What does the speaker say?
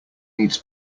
needs